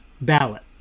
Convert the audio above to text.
ballot